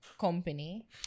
company